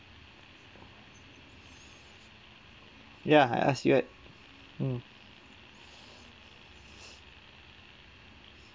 ya I ask you what mm